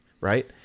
Right